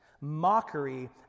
Mockery